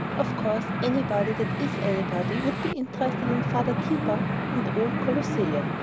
of course, anybody that is anybody would be interested in father tiber and the old colosseum,